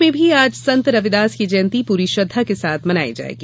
प्रदेश र्मे भी आज संत रविदास की जयंती पूरी श्रद्धा के साथ मनाई जायेगी